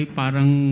parang